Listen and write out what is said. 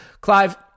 Clive